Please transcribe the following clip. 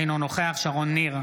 אינו נוכח שרון ניר,